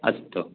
अस्तु